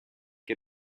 che